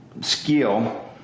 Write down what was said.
skill